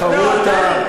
בחרו אותן,